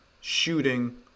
shooting